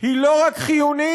היא לא רק חיונית,